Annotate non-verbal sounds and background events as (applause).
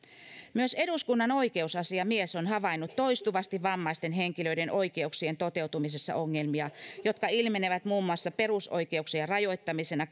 myös eduskunnan oikeusasiamies on havainnut toistuvasti vammaisten henkilöiden oikeuksien toteutumisessa ongelmia jotka ilmenevät muun muassa perusoikeuksien rajoittamisena (unintelligible)